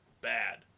bad